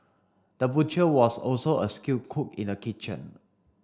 the butcher was also a skilled cook in the kitchen